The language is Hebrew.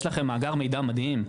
יש לכם מאגר מידע מדהים,